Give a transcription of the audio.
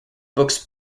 books